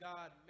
God